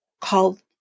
called